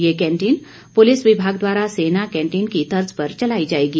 ये canteen police विभाग द्वारा सेना कैंटीन की तर्ज पर चलाई जाएगी